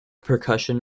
percussion